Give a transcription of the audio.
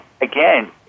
again